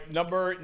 number